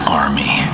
army